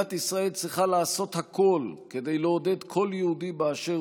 מדינת ישראל צריכה לעשות הכול כדי לעודד כל יהודי באשר